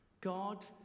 God